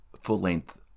full-length